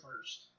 first